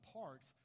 parks